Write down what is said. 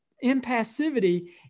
impassivity